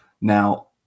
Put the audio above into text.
Now